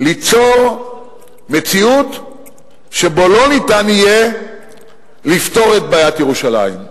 ליצור מציאות שבה לא ניתן יהיה לפתור את בעיית ירושלים.